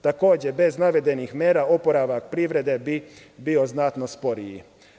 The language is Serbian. Takođe, bez navedenih mera oporavak privrede bi bio znatno sporiji.